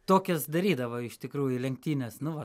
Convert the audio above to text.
tokias darydavo iš tikrųjų lenktynes nu va